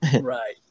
right